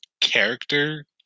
character